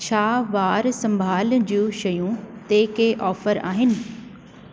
छा वार संभाल जूं शयूं ते के ऑफर आहिनि